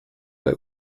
bei